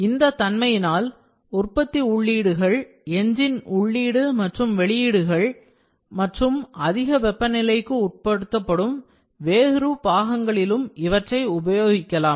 இந்த தன்மையினால் உற்பத்தி உள்ளீடுகள் என்ஜின் உள்ளீடு மற்றும் வெளியீடுகள் manifolds மற்றும் அதிக வெப்பநிலைக்கு உட்படுத்தப்படும் வேறு பாகங்களிலும் இவற்றை உபயோகிக்கலாம்